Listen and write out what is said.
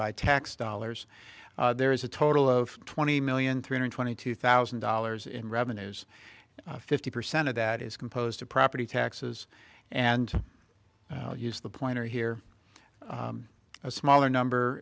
by tax dollars there is a total of twenty million three hundred twenty two thousand dollars in revenues fifty percent of that is composed of property taxes and use the pointer here a smaller number